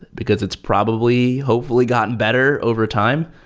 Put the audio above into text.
because it's probably hopefully gotten better overtime.